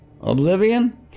oblivion